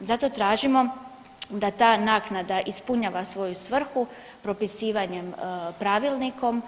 Zato tražimo da ta naknada ispunjava svoju svrhu propisivanjem pravilnikom